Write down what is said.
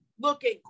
looking